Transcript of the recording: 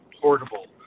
portable